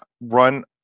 run